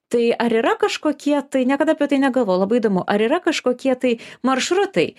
tai ar yra kažkokie tai niekada apie tai negalvojau labai įdomu ar yra kažkokie tai maršrutai